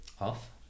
off